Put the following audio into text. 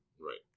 Right